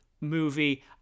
movie